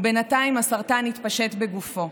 ובינתיים הסרטן התפשט בגופו,